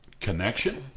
connection